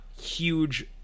huge